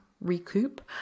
recoup